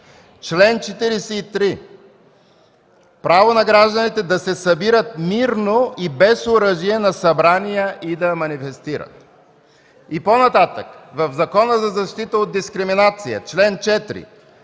чл. 43: „Право на гражданите да се събират мирно и без оръжие на събрания и да манифестират”. И по-нататък. В Закона за защита от дискриминация, чл. 4: